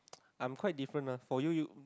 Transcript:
I'm quite different ah for you you